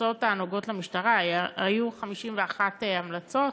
בהמלצות הנוגעות למשטרה היו 51 המלצות,